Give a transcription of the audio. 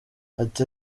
ati